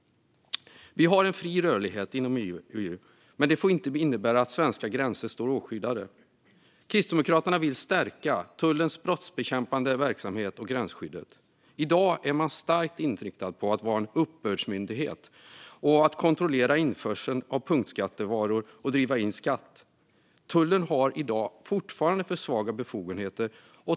Vi har en fri rörlighet inom EU. Men det får inte innebära att svenska gränser står oskyddade. Kristdemokraterna vill stärka tullens brottsbekämpande verksamhet och gränsskyddet. I dag är man starkt inriktad på att vara en uppbördsmyndighet, att kontrollera införseln av punktskattevaror och att driva in skatt. Tullen har i dag fortfarande för svaga befogenheter.